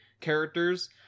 characters